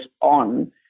on